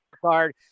card